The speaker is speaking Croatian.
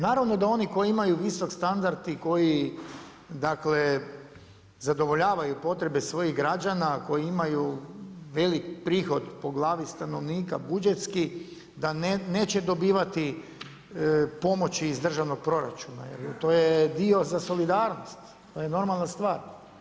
Naravno da oni koji imaju visok standard i koji dakle zadovoljavaju potrebe svojih građana koji imaju velik prihod po grani stanovnika budžetski da neće dobivati pomoći iz državnog proračuna jer to je dio za solidarnost, to je normalna stvar.